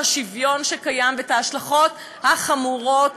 השוויון שקיים ואת ההשלכות החמורות.